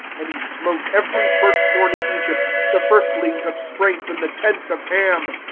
and he smote every firstborn in egypt, the firstlings of strength in the tents of ham.